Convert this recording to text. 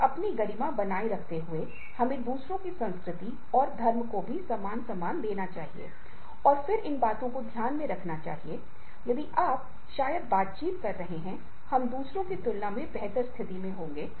और जीविका और संगठनों के अस्तित्व के लिए इसके शीर्ष पर लगातार संगठन को नया करना है और मानव संसाधन को रखाना हैं जो संगठन को प्रतिस्पर्धा में बढ़त दिलाएंगे